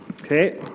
Okay